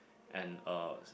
and uh